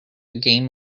game